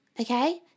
okay